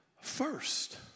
first